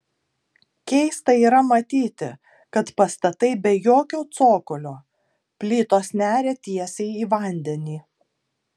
keista yra matyti kad pastatai be jokio cokolio plytos neria tiesiai į vandenį